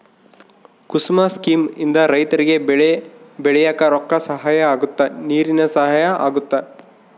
ಕುಸುಮ scheme ಇಂದ ರೈತರಿಗೆ ಬೆಳೆ ಬೆಳಿಯಾಕ ರೊಕ್ಕ ಸಹಾಯ ಅಗುತ್ತ ನೀರಿನ ಸಹಾಯ ಅಗುತ್ತ